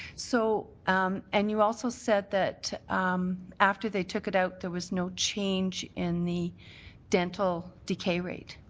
so um and you also said that after they took it out, there was no change in the dental decay rate.